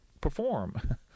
perform